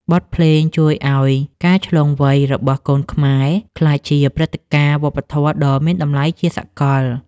បទភ្លេងជួយឱ្យការឆ្លងវ័យរបស់កូនខ្មែរ ក្លាយជាព្រឹត្តិការណ៍វប្បធម៌ដ៏មានតម្លៃជាសកល។